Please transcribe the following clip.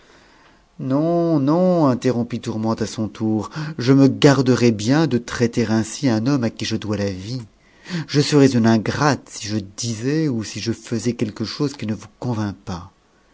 anon non interrompit tourmente à son tour je me garderai bien de traiter ainsi un homme à qui je dois la vie je serais une ingrate si je disa s ou si je faisais quelque chose qui ne vous con vint pas